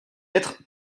être